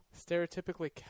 Stereotypically